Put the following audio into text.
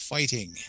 Fighting